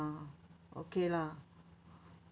okay lah